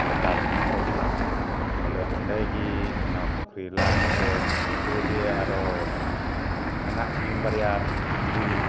ᱞᱮᱛᱟᱲ ᱢᱮᱱᱟᱜ ᱛᱟᱵᱚᱱᱟ ᱵᱚᱞᱮ ᱚᱸᱰᱮ ᱜᱮ ᱚᱱᱟ ᱯᱩᱠᱷᱨᱤ ᱞᱟ ᱠᱟᱛᱮ ᱱᱩᱠᱩ ᱡᱮ ᱟᱨᱚ ᱢᱮᱱᱟᱜ ᱠᱤᱱ ᱵᱟᱨᱭᱟ ᱛᱤᱛᱨᱤ